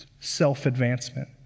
self-advancement